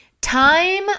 Time